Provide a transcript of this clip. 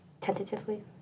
tentatively